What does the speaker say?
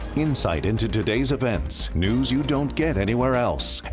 insight into today's events. news you don't get anywhere else.